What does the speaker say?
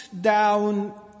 down